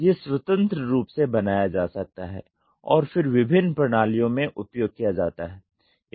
यह स्वतंत्र रूप से बनाया जा सकता है और फिर विभिन्न प्रणालियों में उपयोग किया जाता है